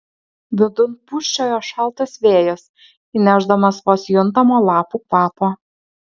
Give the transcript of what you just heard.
vidun pūsčiojo šaltas vėjas įnešdamas vos juntamo lapų kvapo